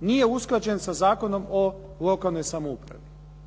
nije usklađen sa Zakonom o lokalnoj samoupravi.